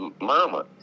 Mama